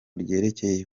ryerekeye